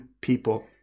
people